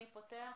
מי פותח?